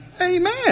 Amen